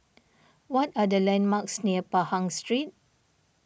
what are the landmarks near Pahang Street